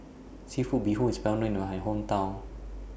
Seafood Bee Hoon IS Well known in My Hometown